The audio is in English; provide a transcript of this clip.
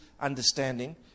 understanding